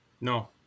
No